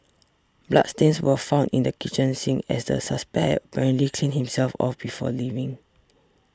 bloodstains were found in the kitchen sink as the suspect had apparently cleaned himself off before leaving